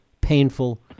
painful